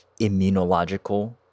immunological